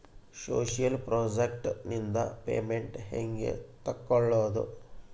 Social project ನಿಂದ payment ಹೆಂಗೆ ತಕ್ಕೊಳ್ಳದು?